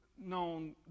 known